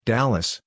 Dallas